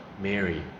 Mary